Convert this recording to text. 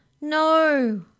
No